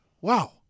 wow